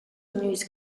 inoiz